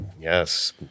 yes